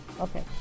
Okay